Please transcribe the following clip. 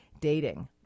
dating